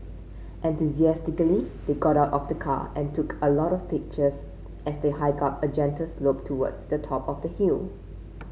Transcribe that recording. enthusiastically they got out of the car and took a lot of pictures as they hiked up a gentle slope towards the top of the hill